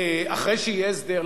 אחרי שיהיה הסדר?